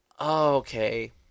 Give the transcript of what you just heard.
okay